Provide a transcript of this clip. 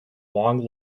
long